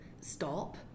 stop